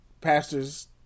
pastors